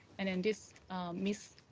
and in this miss